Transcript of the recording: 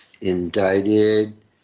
indicted